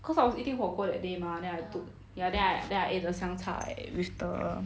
cause I was eating 火锅 that day mah then I took ya then I then I ate 香菜 with the